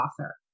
author